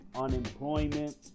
unemployment